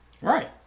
Right